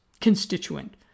constituent